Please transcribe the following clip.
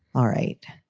all right.